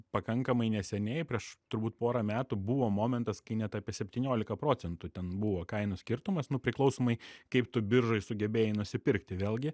pakankamai neseniai prieš turbūt porą metų buvo momentas kai net apie septyniolika procentų ten buvo kainų skirtumas nu priklausomai kaip tu biržoj sugebėjai nusipirkti vėlgi